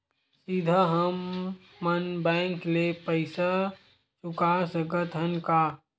सीधा हम मन बैंक ले पईसा चुका सकत हन का?